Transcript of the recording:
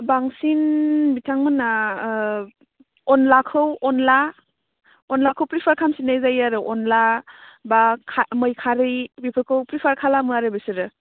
बांसिन बिथांमोनहा अनद्लाखौ अनद्ला अनद्लाखौ प्रिफार खालामसिनाय जायो आरो अनद्ला बा मैखारि बेफोरखौ प्रिफार खालामो आरो बिसोरो